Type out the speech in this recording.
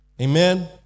Amen